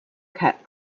cap